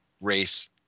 race